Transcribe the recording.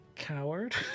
coward